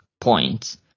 points